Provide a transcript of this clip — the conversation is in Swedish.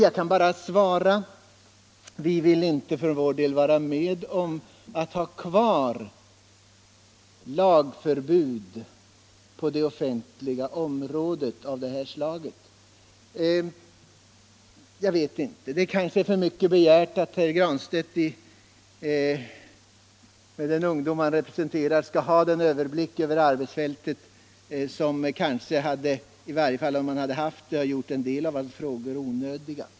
Jag kan svara att vi för vår del inte vill vara med om att ha kvar lagförbud av det här slaget på det offentliga området. Det kanske är för mycket begärt att herr Granstedt — som den ungdom han är — skall ha en sådan överblick över arbetsfältet som, om han hade haft den, kanske hade gjort en del av hans frågor onödiga.